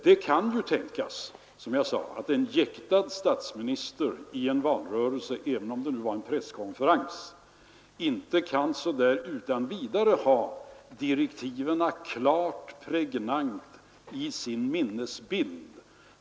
Det kan tänkas, som jag sade, att en jäktad statsminister i en valrörelse — även om det var en presskonferens — inte utan vidare kan ha en klar och pregnant minnesbild av direktiven.